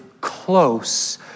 close